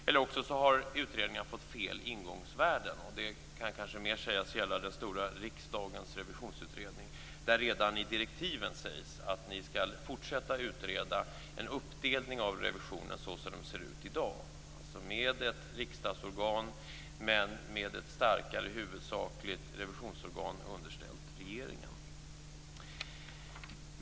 Eller så har utredningarna fått fel ingångsvärden. Det kan kanske mer sägas om den stora utredningen om riksdagens revision. Där sägs redan i direktiven: Ni skall fortsätta att utreda en uppdelning av revisionen såsom den ser ut i dag, alltså med ett riksdagsorgan men med ett starkare huvudsakligt revisionsorgan underställt regeringen.